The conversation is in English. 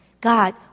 God